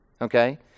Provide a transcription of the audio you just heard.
Okay